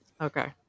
Okay